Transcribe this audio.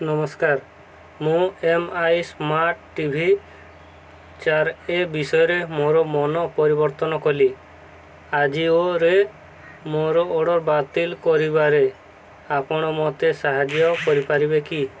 ନମସ୍କାର ମୁଁ M I smart TV ଚାର ଏ ବିଷୟରେ ମୋର ମନ ପରିବର୍ତ୍ତନ କଲି ଆଜିଓରେ ମୋର ଅର୍ଡ଼ର୍ ବାତିଲ କରିବାରେ ଆପଣ ମୋତେ ସାହାଯ୍ୟ କରିପାରିବେ କି